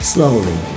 Slowly